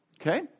Okay